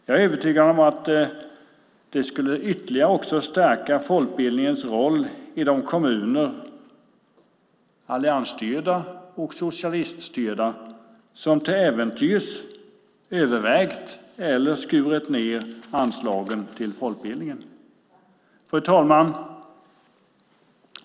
Jag är övertygad om att det ytterligare skulle stärka folkbildningens roll i de kommuner, alliansstyrda och socialiststyrda, som till äventyrs övervägt att skära ned eller skurit ned anslagen till folkbildningen. Fru talman!